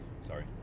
Sorry